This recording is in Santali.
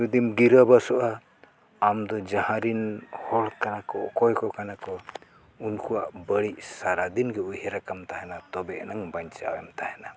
ᱡᱩᱫᱤᱢ ᱜᱤᱨᱟᱹ ᱵᱟᱥᱚᱜᱼᱟ ᱟᱢ ᱫᱚ ᱡᱟᱦᱟᱸ ᱨᱮᱱ ᱦᱚᱲ ᱠᱟᱱᱟ ᱠᱚ ᱚᱠᱚᱭ ᱠᱚ ᱠᱟᱱᱟ ᱠᱚ ᱩᱱᱠᱩᱣᱟᱜ ᱵᱟᱹᱲᱤᱡ ᱥᱟᱨᱟᱫᱤᱱ ᱜᱮ ᱩᱭᱦᱟᱹᱨ ᱟᱠᱟᱢ ᱛᱟᱦᱮᱱᱟ ᱛᱚᱵᱮ ᱮᱱᱟᱝ ᱵᱟᱧᱪᱟᱣ ᱮᱢ ᱛᱟᱦᱮᱱᱟ